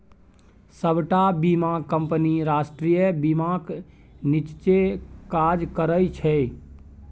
सबटा बीमा कंपनी राष्ट्रीय बीमाक नीच्चेँ काज करय छै